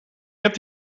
heb